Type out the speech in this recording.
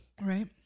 Right